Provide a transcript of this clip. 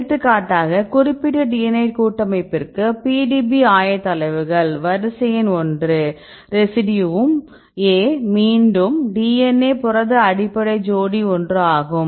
எடுத்துக்காட்டாக குறிப்பிட்ட புரத DNA கூட்டமைப்பிற்கு PDB ஆயத்தொலைவுகள் வரிசை எண் 1 ரெசிடியூவும் a மீண்டும் DNA புரத அடிப்படை ஜோடி ஒன்று ஆகும்